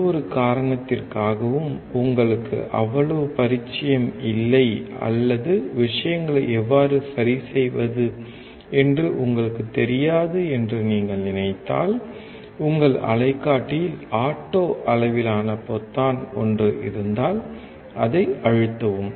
எந்தவொரு காரணத்திற்காகவும் உங்களுக்கு அவ்வளவு பரிச்சயம் இல்லை அல்லது விஷயங்களை எவ்வாறு சரிசெய்வது என்று உங்களுக்குத் தெரியாது என்று நீங்கள் நினைத்தால் உங்கள் அலைக்காட்டியில் ஆட்டோ அளவிலான பொத்தான் ஒன்று இருந்தால் அதை அழுத்தவும்